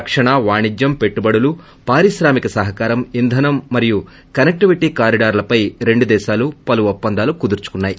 రక్షణ వాణిజ్యం పెట్టుబడులు పారిశ్రామిక సహకారం ఇంధనం మరియు కనెక్లివిటీ కారిడార్లపై రెండు దేశాలు పలు ఒప్పందాలు కుదుర్చుకున్నాయి